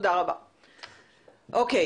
--- סעיף